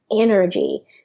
energy